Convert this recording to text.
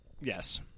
Yes